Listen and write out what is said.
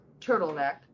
turtleneck